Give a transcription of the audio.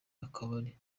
akabari